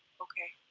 okay.